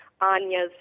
Anya's